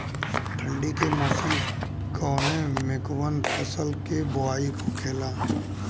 ठंडी के मौसम कवने मेंकवन फसल के बोवाई होखेला?